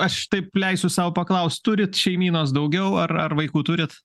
aš taip leisiu sau paklaust turit šeimynos daugiau ar ar vaikų turit